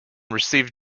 received